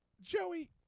Joey